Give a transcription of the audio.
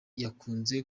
yakunze